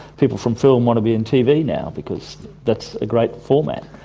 people from film want to be in tv now because that's a great format.